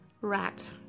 rat